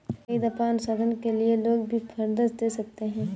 कई दफा अनुसंधान के लिए लोग भी फंडस दे सकते हैं